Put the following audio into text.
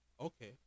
Okay